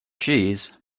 cheese